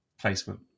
placement